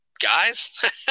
guys